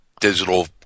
digital